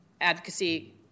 advocacy